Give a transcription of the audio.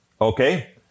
okay